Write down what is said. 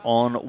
on